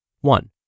One